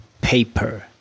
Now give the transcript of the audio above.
paper